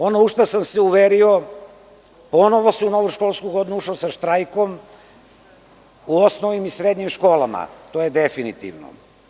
Ono u šta sam se uverio, ponovo se u novu školsku godinu ušlo sa štrajkom u osnovnim i srednjim školama, to je definitivno.